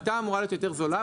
הייתה אמורה להיות יותר זולה,